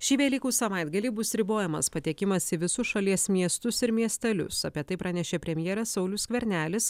šį velykų savaitgalį bus ribojamas patekimas į visus šalies miestus ir miestelius apie tai pranešė premjeras saulius skvernelis